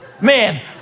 man